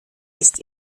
ist